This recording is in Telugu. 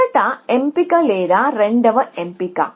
మొదటి ఎంపిక లేదా రెండవ ఎంపిక